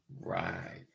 Right